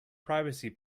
privacy